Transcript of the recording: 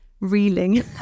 reeling